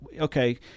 okay